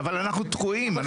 אבל אנחנו תקועים.